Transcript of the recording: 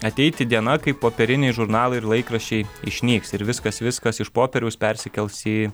ateiti diena kai popieriniai žurnalai ir laikraščiai išnyks ir viskas viskas iš popieriaus persikels į